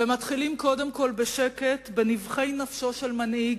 ומתחיל קודם כול בשקט, בנבכי נפשו של מנהיג,